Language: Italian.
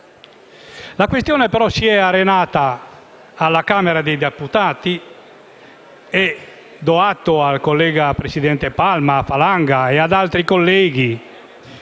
La questione però si è arenata alla Camera dei deputati e do atto ai colleghi Palma, Falanga ed altri di